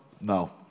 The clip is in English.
No